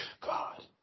God